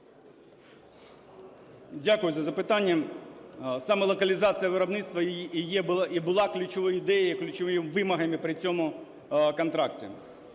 Дякую за запитання. Саме локалізація виробництва і була ключовою ідеєю, ключовими вимогами при цьому контракті.